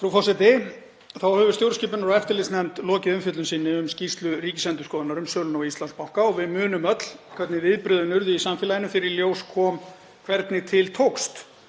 Frú forseti. Þá hefur stjórnskipunar- og eftirlitsnefnd lokið umfjöllun sinni um skýrslu Ríkisendurskoðunar um söluna á Íslandsbanka og við munum öll hvernig viðbrögðin urðu í samfélaginu þegar í ljós kom hvernig til tókst.